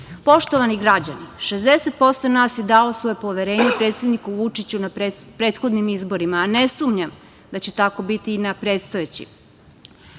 ćošak. Poštovani građani, 60% nas je dalo svoje poverenje predsedniku Vučiću na prethodnim izborima, a ne sumnjam da će tako biti i na predstojećim. Predsednik